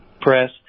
press